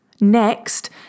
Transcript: Next